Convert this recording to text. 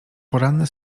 poranne